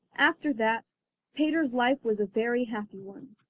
after that peter's life was a very happy one.